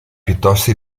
piuttosto